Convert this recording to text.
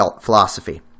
philosophy